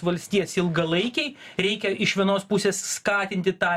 valstijas ilgalaikiai reikia iš vienos pusės skatinti tą